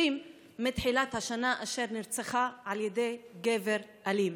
מתחילת השנה אשר נרצחה על ידי גבר אלים.